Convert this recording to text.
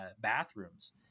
bathrooms